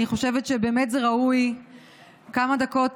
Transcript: אני חושבת שבאמת זה ראוי כמה דקות